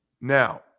Now